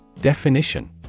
Definition